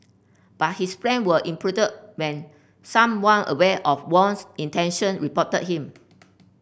but his plan were when someone aware of Wang's intention reported him